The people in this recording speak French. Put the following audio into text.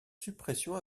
suppression